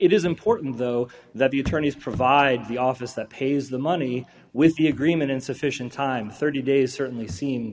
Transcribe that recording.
it is important though that the attorneys provide the office that pays the money with the agreement insufficient time thirty dollars days certainly s